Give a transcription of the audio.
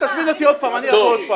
תזמין אותי עוד פעם, אני אבוא עוד פעם.